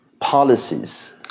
policies